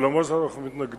אבל למרות זאת אנחנו מתנגדים.